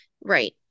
Right